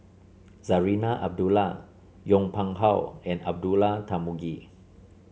Zarinah Abdullah Yong Pung How and Abdullah Tarmugi